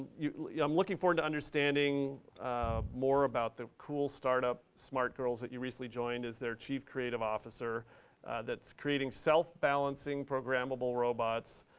yeah i'm looking forward to understanding more about the cool startup, smart gurlz, that you recently joined as their chief creative officer that's creating self-balancing, programmable robots,